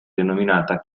denominata